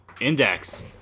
Index